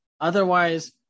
Otherwise